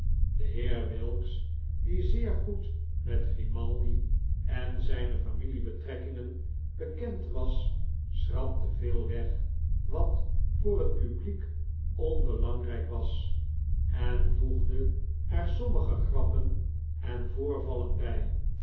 de heer wilks die zeer goed met grimaldi en zijne familiebetrekkingen bekend was schrapte veel weg wat voor het publiek onbelangrijk was en voegde er sommige grappen en voorvallen bij